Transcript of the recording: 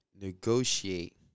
negotiate